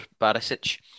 Barisic